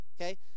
okay